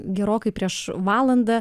gerokai prieš valandą